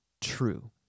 true